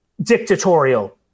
dictatorial